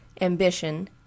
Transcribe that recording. ambition